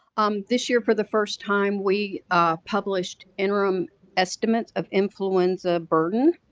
um this year for the first time we published interim estimates of influenza burden.